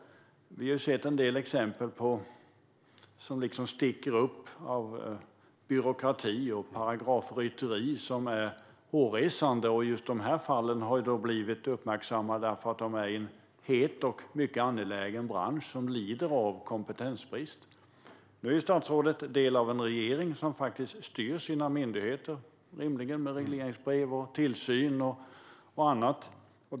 Vi har sett en del exempel på byråkrati och paragrafrytteri som sticker upp och är hårresande. Just dessa fall har blivit uppmärksammade eftersom de gäller en het och mycket angelägen bransch som lider av kompetensbrist. Statsrådet är en del av en regering som faktiskt styr sina myndigheter med regleringsbrev, tillsyn och annat.